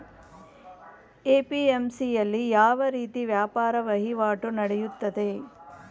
APMC ಯಲ್ಲಿ ಯಾವ ರೀತಿ ವ್ಯಾಪಾರ ವಹಿವಾಟು ನೆಡೆಯುತ್ತದೆ?